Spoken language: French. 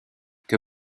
que